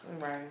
Right